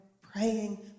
praying